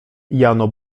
jano